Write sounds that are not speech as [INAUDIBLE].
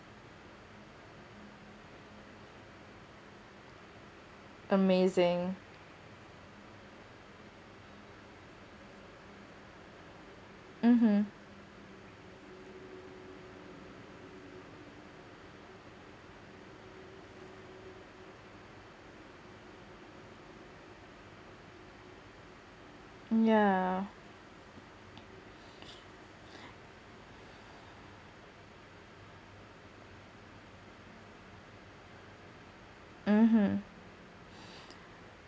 amazing mmhmm mm yeah [BREATH] mmhmm